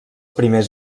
primers